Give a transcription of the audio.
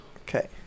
Okay